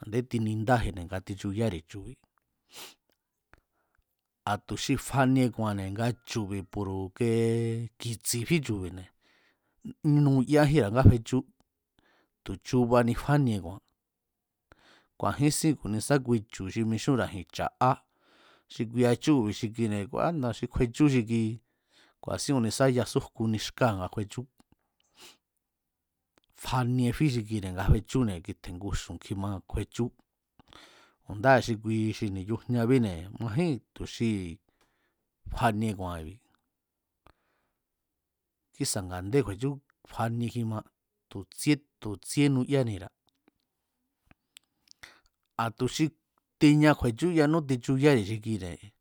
a̱ndé tinindájine̱ nga tichuyári̱ chu̱bi̱ a̱ tu̱ xi fanie ku̱a̱nne̱ nga chu̱bi̱ pu̱ru̱ kee ki̱tsi fí chu̱bi̱ne̱, nuyájínra̱a nga fechú tu̱ chubani fánie ku̱a̱n ku̱a̱jínsín ku̱nisá kui chu̱ xi mixúnra̱ji̱n cha̱'á xi kuia chúu̱bi̱ xi kuine̱ ána̱a̱ xi kju̱e̱chú xi kuii̱i ku̱a̱sín ku̱nisa yasújkuni xkáa̱ nga kjuechú, fanie fí xi kuine̱ nga kjuechúne̱ kitje̱ nguxu̱n kjima nga kjuechú, ndáa̱ xi kui xi ni̱yujñabíne̱ majíi̱n tu̱ xi fanie ku̱a̱n i̱bi̱ kisa̱ nga̱ndé kju̱e̱chú fanie kjima tu̱ tsíé tu̱ tsíé nuyánira̱ a̱ tu̱ xi tiña kju̱e̱chú yanú tichuyári̱ xi jine̱